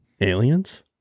aliens